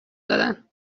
دادن